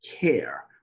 care